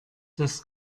das